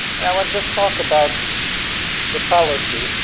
and i would just talk about the fallacy,